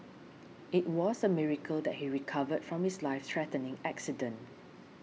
it was a miracle that he recovered from his life threatening accident